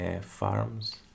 farms